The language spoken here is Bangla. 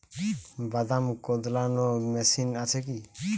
বাদাম কদলানো মেশিন আছেকি?